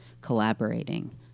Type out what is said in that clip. collaborating